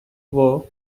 war